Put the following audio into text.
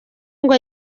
ngo